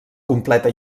completa